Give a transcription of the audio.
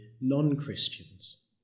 non-Christians